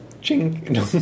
Ching